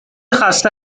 خسته